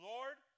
Lord